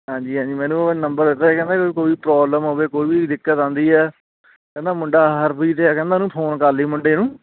ਹਾਂਜੀ ਹਾਂਜੀ ਮੈਨੂੰ ਨੰਬਰ ਦਿੱਤਾ ਸੀ ਕਹਿੰਦਾ ਕੋਈ ਪ੍ਰੋਬਲਮ ਹੋਵੇ ਕੋਈ ਵੀ ਦਿੱਕਤ ਆਉਂਦੀ ਹੈ ਕਹਿੰਦਾ ਮੁੰਡਾ ਹਰਪ੍ਰੀਤ ਹੈ ਕਹਿੰਦਾ ਉਹਨੂੰ ਫੋਨ ਕਰ ਲਈ ਮੁੰਡੇ ਨੂੰ